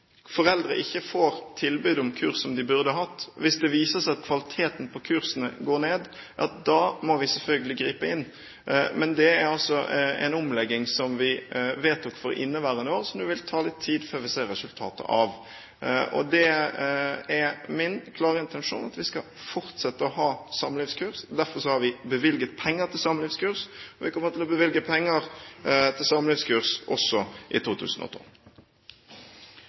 foreldre ikke får tilbud om kurs de burde hatt, hvis det viser seg at kvaliteten på kursene går ned, ja da må vi selvfølgelig gripe inn. Men det er altså en omlegging som vi vedtok for inneværende år, som det vil ta litt tid før vi ser resultatet av. Det er min klare intensjon at vi skal fortsette å ha samlivskurs, derfor har vi bevilget penger til samlivskurs, og vi kommer til å bevilge penger til samlivskurs også i 2012.